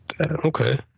Okay